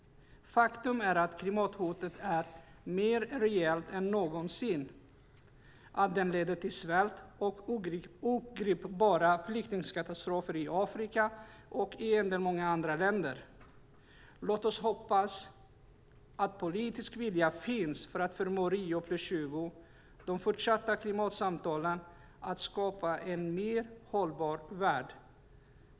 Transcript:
Faktum är att klimathotet är mer reellt än någonsin, att det leder till svält och ogripbara flyktingkatastrofer i Afrika och på en del andra håll. Låt oss hoppas att politisk vilja finns för att Rio + 20 och de fortsatta klimatsamtalen förmår skapa en mer hållbar värld.